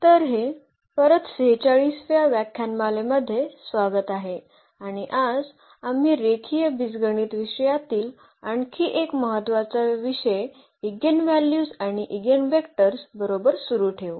तर हे परत 45 व्या व्याख्यानमाले मध्ये स्वागत आहे आणि आज आम्ही रेखीय बीजगणित विषयातील आणखी एक महत्त्वाचा विषय इगेनव्हल्यूज आणि ईगेनवेक्टर्स बरोबर सुरू ठेवू